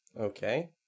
Okay